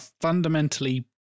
fundamentally